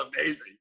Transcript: amazing